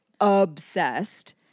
obsessed